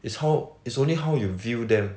it's how it's only how you view them